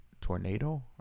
Tornado